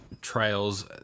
trails